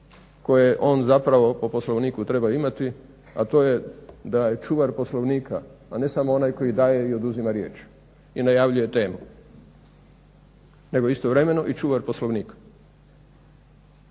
koje on zapravo po Poslovniku treba imati, a to je da je čuvar Poslovnika, a ne samo onaj koji daje i oduzima riječ i najavljuje temu, nego istovremeno i čuvar Poslovnika.